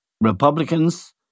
Republicans